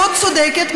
מאוד צודקת,